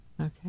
Okay